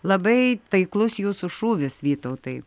labai taiklus jūsų šūvis vytautai